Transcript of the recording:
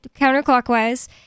counterclockwise